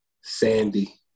Sandy